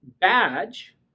badge